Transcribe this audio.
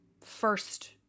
first